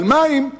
אבל מים?